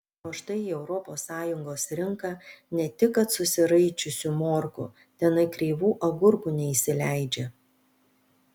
o štai į europos sąjungos rinką ne tik kad susiraičiusių morkų tenai kreivų agurkų neįsileidžia